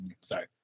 Sorry